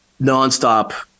nonstop